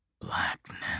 blackness